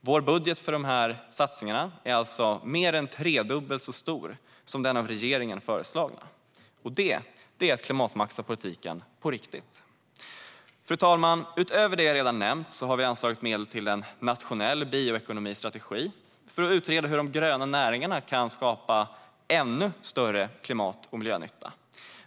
Vår budget för dessa satsningar är därmed mer än tredubbelt så stor som den av regeringen föreslagna. Det är att klimatmaxa politiken på riktigt. Fru talman! Utöver det jag redan nämnt har vi anslagit medel till en nationell bioekonomistrategi för att utreda hur de gröna näringarna ska kunna skapa ännu större klimat och miljönytta.